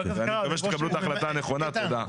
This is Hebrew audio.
אני מקווה שתקבלו את ההחלטה הנכונה, תודה.